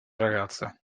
ragazza